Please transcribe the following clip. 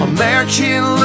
American